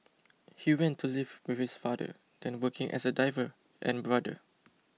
he went to live with his father then working as a driver and brother